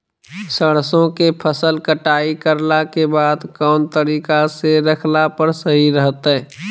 सरसों के फसल कटाई करला के बाद कौन तरीका से रखला पर सही रहतय?